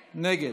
נגד.